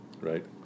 right